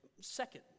Second